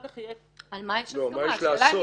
על מה יש הסכמה?